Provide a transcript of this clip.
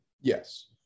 Yes